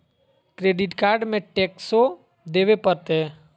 Credit card में टेक्सो देवे परते?